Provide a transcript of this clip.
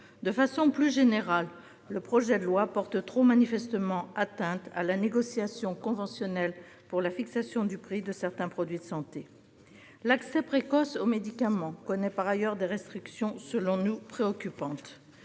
De façon plus générale, ce PLFSS porte trop manifestement atteinte à la négociation conventionnelle pour la fixation du prix de certains produits de santé. L'accès précoce aux médicaments connaît par ailleurs des restrictions que nous jugeons préoccupantes.